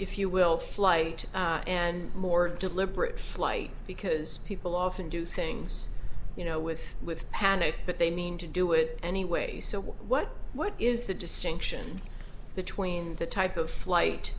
if you will flight and more deliberate flight because people often do things you know with with panic but they mean to do it anyways so what what is the distinction between the type of flight